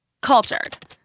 cultured